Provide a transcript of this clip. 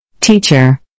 Teacher